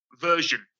version